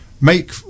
Make